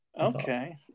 okay